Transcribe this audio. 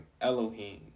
Elohim